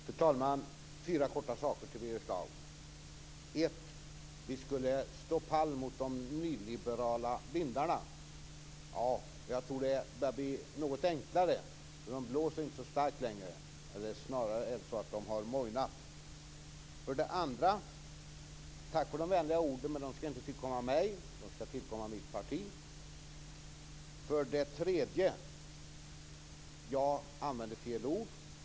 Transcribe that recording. Fru talman! Jag vill säga fyra korta saker till Birger Schlaug. För det första skulle vi stå pall mot de nyliberala vindarna. Jag tror att det blir något enklare. De blåser nämligen inte så starkt längre, eller också är det så att de snarare har mojnat. För det andra tackar jag för de vänliga orden, men de skall inte tillkomma mig utan mitt parti. För det tredje använde jag fel ord.